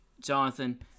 Jonathan